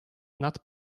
not